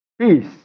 peace